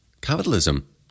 Capitalism